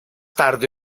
tarde